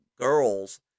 girls